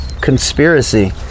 conspiracy